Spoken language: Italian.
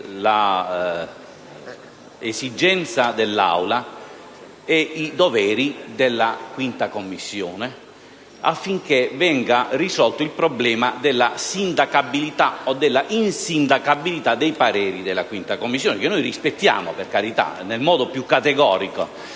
l'esigenza dell'Aula e i doveri della 5a Commissione affinché venga risolto il problema della sindacabilità o dell'insindacabilità dei pareri della stessa, che noi rispettiamo, per carità, nel modo più categorico.